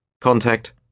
Contact